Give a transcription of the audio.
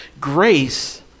grace